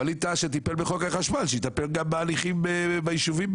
ווליד טאהא שטיפל בחוק החשמל שיטפל גם בהליכי ההסדרה